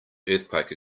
earthquake